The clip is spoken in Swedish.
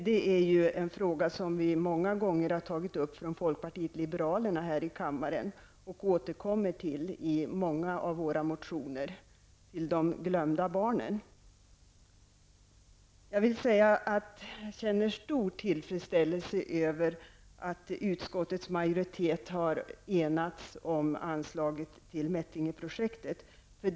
Detta är ju en fråga som vi från folkpartiet liberalerna har tagit upp många gånger här i kammaren och återkommer till i många av våra motioner. Jag känner stor tillfredsställelse över att utskottets majoritet har enats om anslaget till Mättingeprojektet.